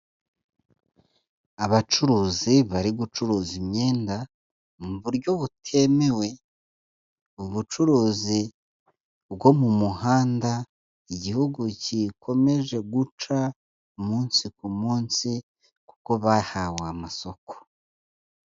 Abacuruzi bari gucuruza imyenda, mu buryo butemewe, ubucuruzi bwo mu muhanda igihugu kikomeje guca, umunsi ku munsi kuko bahawe amasoko.